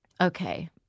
Okay